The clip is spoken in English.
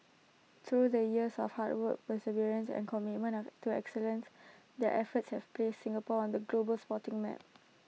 through the years of hard work perseverance and commitment have to excellent their efforts have placed Singapore on the global sporting map